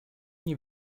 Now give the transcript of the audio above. nie